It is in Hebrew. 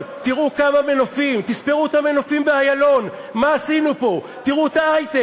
אילן גילאון, סופה לנדבר.